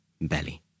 belly